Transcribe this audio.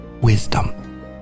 wisdom